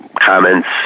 comments